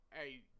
Hey